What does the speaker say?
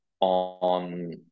on